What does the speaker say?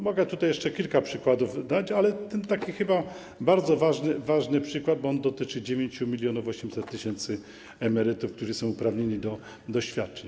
Mogę tutaj jeszcze kilka przykładów podać, ale to taki chyba bardzo ważny przykład, bo on dotyczy 9800 tys. emerytów, którzy są uprawnieni do świadczeń.